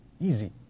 Easy